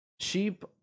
Sheep